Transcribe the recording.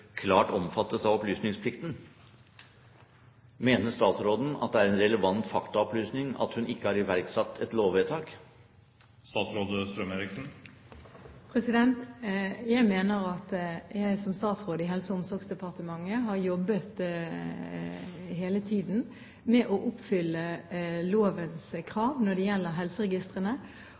klart omfattes av opplysningsplikten.» Mener statsråden at det er en relevant faktaopplysning at hun ikke har iverksatt et lovvedtak? Jeg mener at jeg som statsråd i Helse- og omsorgsdepartementet hele tiden har jobbet med å oppfylle lovens krav når det gjelder helseregistrene,